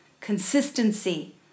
consistency